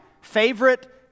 favorite